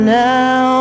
now